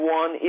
one